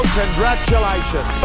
congratulations